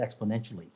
exponentially